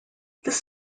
this